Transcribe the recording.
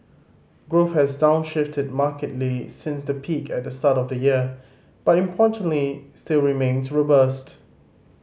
growth has downshifted markedly since the peak at the start of the year but importantly still remains robust